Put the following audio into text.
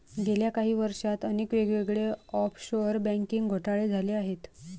गेल्या काही वर्षांत अनेक वेगवेगळे ऑफशोअर बँकिंग घोटाळे झाले आहेत